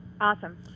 Awesome